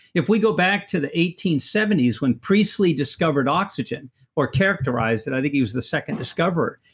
if we go back to the eighteen seventy s when presley discovered oxygen or characterized it, i think he was the second discoverer.